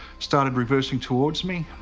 started reversing towards me.